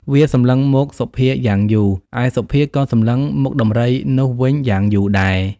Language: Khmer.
វា សម្លឹងមកសុភាយ៉ាងយូរ ឯសុភាក៏សម្លឹងមុខដំរីនោះវិញយ៉ាងយូរដែរ។